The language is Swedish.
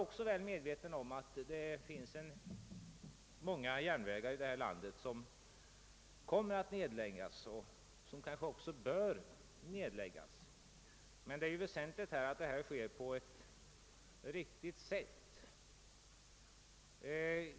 Jag vet att många järnvägslinjer här i landet kommer att läggas ned och kanske också bör läggas ned. Det är dock väsentligt att detta sker på ett riktigt sätt.